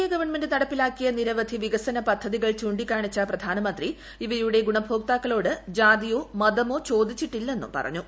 A government നടപ്പിലാക്കിയ നിരവധി വികസന പദ്ധതികൾ ചൂണ്ടിക്കാണിച്ച പ്രധാനമന്ത്രി ഇവയുടെ ഗുണഭോക്താക്കളോട് ജാതിയോ മതമോ ചോദിച്ചിട്ടില്ലെന്നും പറഞ്ഞു